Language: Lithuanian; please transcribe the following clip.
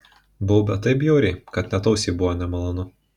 baubė taip bjauriai kad net ausiai buvo nemalonu